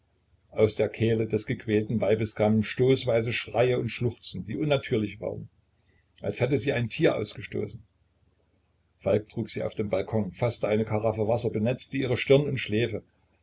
aus der kehle des gequälten weibes kamen stoßweise schreie und schluchzen die unnatürlich waren als hätte sie ein tier ausgestoßen falk trug sie auf den balkon faßte eine karaffe wasser benetzte ihre stirn und schläfe